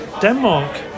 Denmark